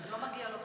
לא מגיע לו,